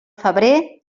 febrer